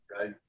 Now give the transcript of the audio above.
right